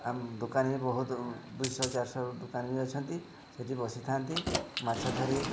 ଆମ ଦୋକାନ ବି ବହୁତ ଦୁଇଶହ ଚାରିଶହ ଦୋକାନୀ ବି ଅଛନ୍ତି ସେଇଠି ବସିଥାନ୍ତି ମାଛ ଧରି